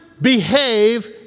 behave